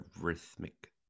rhythmic